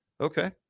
okay